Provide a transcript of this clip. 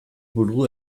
buru